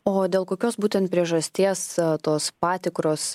o dėl kokios būtent priežasties tos patikros